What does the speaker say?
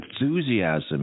enthusiasm